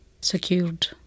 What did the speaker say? Secured